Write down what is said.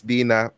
Dina